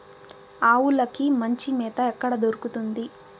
ఆవులకి మంచి మేత ఎక్కడ దొరుకుతుంది?